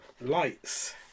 lights